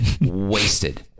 wasted